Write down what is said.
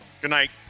Goodnight